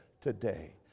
today